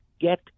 Get